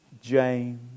James